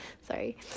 Sorry